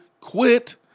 quit